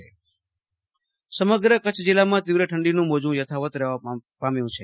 આશુતોષ અંતાણી કચ્છ હવામાન સમગ્ર કચ્છ જીલ્લામાં તીવ્ર ઠંડીનું મોજુ યથાવત રહેવા પામ્યુ છે